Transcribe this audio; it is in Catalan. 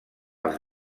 als